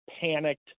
panicked